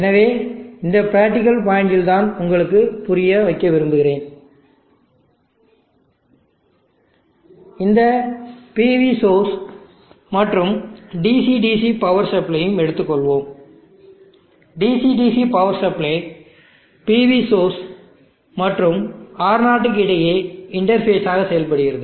எனவே இந்த பிரக்டிகல் பாயிண்டில் நான் உங்களுக்கு புரியவைக்க விரும்புகிறேன் இந்த PV சோர்ஸ் மற்றும் DC DC பவர் சப்ளையையும் எடுத்துக்கொள்வோம்DC DC power supply PV source மற்றும் R0 க்கு இடையே இன்டர்பேஸ் ஆக செயல்படுகிறது